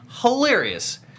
hilarious